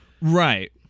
right